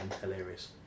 hilarious